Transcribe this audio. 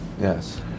Yes